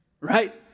right